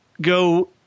go